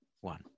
one